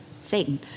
Satan